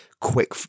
quick